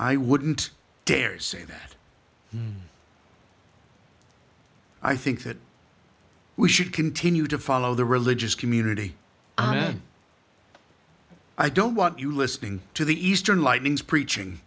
i wouldn't dare say that i think that we should continue to follow the religious community i don't want you listening to the eastern lightnings preaching